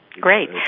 Great